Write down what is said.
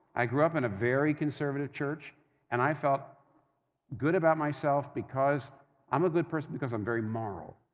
i grew up in a very conservative church and i felt good about myself because i'm a good person, because i'm very moral.